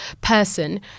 person